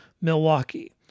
Milwaukee